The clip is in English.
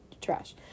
trash